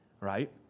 right